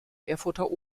erfurter